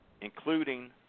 including